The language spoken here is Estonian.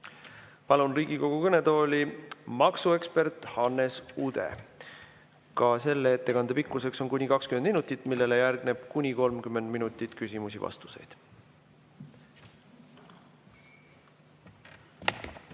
Palun Riigikogu kõnetooli maksuekspert Hannes Udde. Ka selle ettekande pikkus on kuni 20 minutit, millele järgneb kuni 30 minutit küsimusi-vastuseid.